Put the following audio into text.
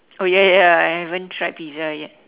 oh ya ya ya I haven't tried pizza yet